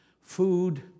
food